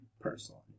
personally